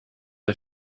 der